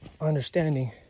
Understanding